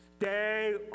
Stay